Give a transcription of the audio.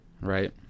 Right